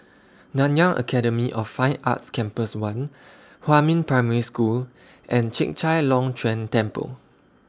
Nanyang Academy of Fine Arts Campus one Huamin Primary School and Chek Chai Long Chuen Temple